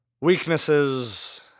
weaknesses